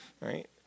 right